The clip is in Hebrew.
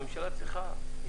הממשלה היא הריבון,